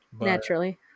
naturally